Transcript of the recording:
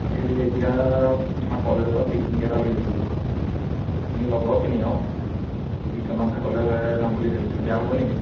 এই এতিয়া আমাৰ কলেজৰ পৰা পিকনিক এটা উলিয়াইছোঁ আমি লগৰখিনি আৰু বিশ্বনাথ ঘাটলৈ যাম বুলি ভাবিছোঁ বেয়া হ'ব নেকি